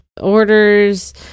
orders